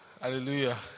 Hallelujah